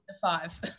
Five